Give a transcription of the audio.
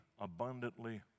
abundantly